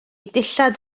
dillad